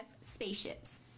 spaceships